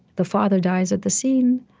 the father dies at the scene.